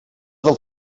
del